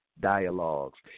dialogues